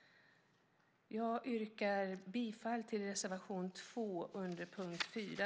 Jag yrkar bifall till reservation 2 under punkt 4.